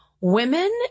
women